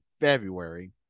February